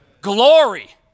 Glory